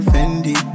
Fendi